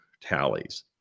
tallies